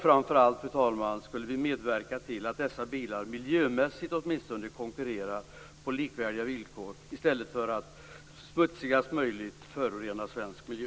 Framför allt, fru talman, skulle vi medverka till att dessa bilar åtminstone miljömässigt konkurrerade på likvärdiga villkor i stället för att smutsigast möjligt förorena svensk miljö.